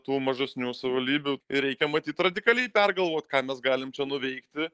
tų mažesnių savaldybių ir reikia matyt radikaliai pergalvot ką mes galim nuveikti